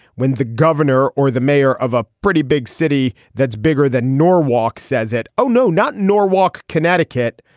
when the governor or the mayor of a pretty big city that's bigger than norwalk says it. oh, no, not norwalk, connecticut.